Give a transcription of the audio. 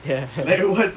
ya